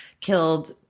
killed